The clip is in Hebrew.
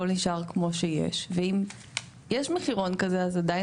נשאר כמו שיש ואם יש מחירון כזה אז עדיין